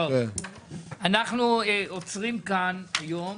אנחנו עוצרים כאן היום,